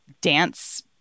dance